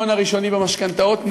ההון הראשוני במשכנתאות,